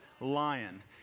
Lion